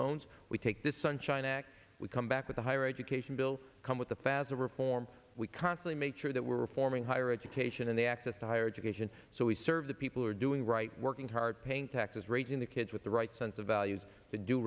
loans we take the sunshine act we come back with a higher education bill come with a faster reform we consciously make sure that we're reforming higher education and the access to higher education so we serve the people who are doing right working hard paying taxes raising the kids with the right sense of values